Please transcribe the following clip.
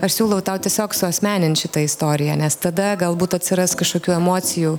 aš siūlau tau tiesiog suasmenint šitą istoriją nes tada galbūt atsiras kažkokių emocijų